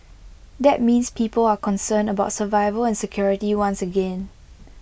that means people are concerned about survival and security once again